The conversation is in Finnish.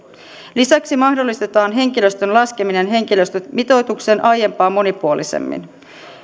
lisäksi mahdollistetaan henkilöstön laskeminen henkilöstömitoitukseen aiempaa monipuolisemmin